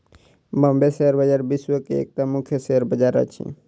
Bombay share बजार विश्व के एकटा मुख्य शेयर बजार अछि